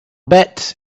bet